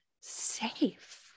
safe